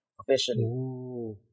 officially